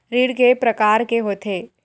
ऋण के प्रकार के होथे?